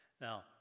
Now